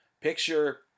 picture